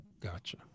Gotcha